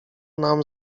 nam